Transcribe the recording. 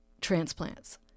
transplants